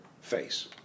face